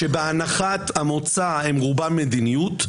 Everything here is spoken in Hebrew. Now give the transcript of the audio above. שבהנחת המוצא הן רובן מדיניות,